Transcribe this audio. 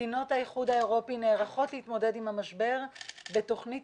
מדינות האיחוד האירופי נערכות להתמודד עם המשבר בתוכנית